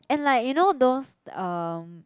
and like you know those um